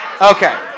Okay